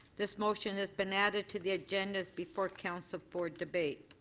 this motion has been added to the agendas before council for debate.